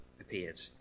appeared